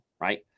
right